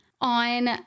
On